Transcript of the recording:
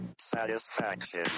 satisfaction